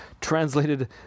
translated